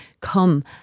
come